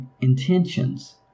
intentions